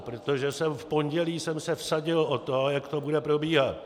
Protože v pondělí jsem se vsadil o to, jak to bude probíhat.